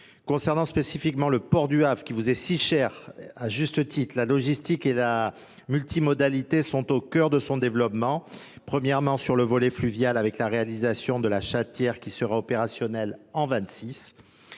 Concernant spécifiquement le port du Havre, qui vous est si cher à juste titre, la logistique et la multimodalité sont au cœur de son développement, premièrement sur le volet fluvial avec la réalisation de la châtière qui sera opérationnelle en 1926.